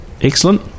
Excellent